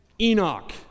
Enoch